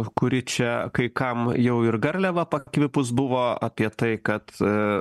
kuri čia kai kam jau ir garliava pakvipus buvo apie tai kad